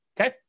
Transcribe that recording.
Okay